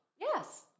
Yes